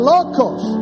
Locos